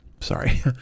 sorry